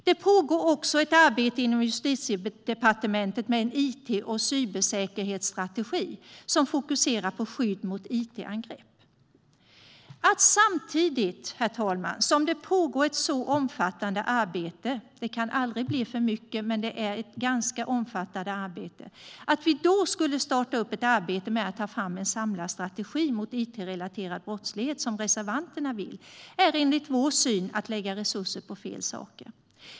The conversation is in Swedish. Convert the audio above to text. Det pågår också ett arbete inom Justitiedepartementet med en it-och cybersäkerhetsstrategi som fokuserar på skydd mot it-angrepp. Herr talman! Det kan aldrig bli för mycket, men det sker ett ganska omfattande arbete. Att vi då samtidigt, som reservanterna vill, skulle starta upp ett arbete med att ta fram en samlad strategi mot it-relaterad brottslighet är enligt vår syn att lägga resurser på fel saker.